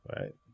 right